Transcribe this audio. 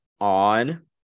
on